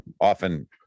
often